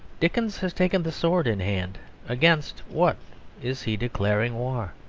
dickens has taken the sword in hand against what is he declaring war?